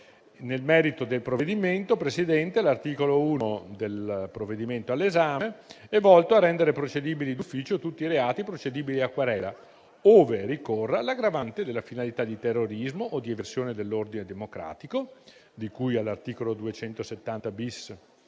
Nel merito del provvedimento in esame, l'articolo 1 è volto a rendere procedibili d'ufficio tutti i reati procedibili a querela, ove ricorrano l'aggravante della finalità di terrorismo o di eversione dell'ordine democratico, di cui all'articolo 270-*bis*.1,